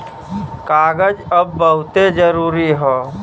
कागज अब बहुते जरुरी हौ